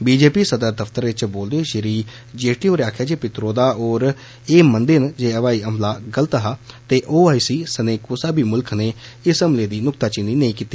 बी J P सदर दफतरै च बोलदे होई श्री जेटली होरें आक्खेआ जे पित्रोदा होर ऐह मनदे न जे हवाई हमला गल्त हा जे ओ आई सी सने कुसा बी मुल्ख नै इस हमले दी नुक्ताचीनी नेई कीती